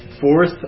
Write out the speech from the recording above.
fourth